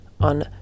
on